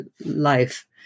life